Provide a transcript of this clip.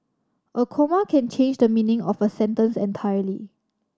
a comma can change the meaning of a sentence entirely